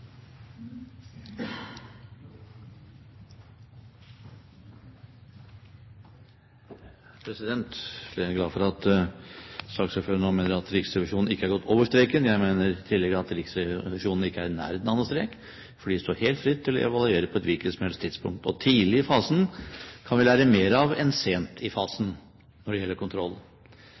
er glad for at saksordføreren nå mener at Riksrevisjonen ikke har gått over streken. Jeg sa tidligere at Riksrevisjonen ikke er i nærheten av noen strek, for de står helt fritt til å evaluere på et hvilket som helst tidspunkt, og tidlig i fasen kan vi lære mer av enn sent i fasen når det gjelder kontroll.